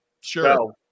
Sure